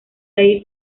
ahí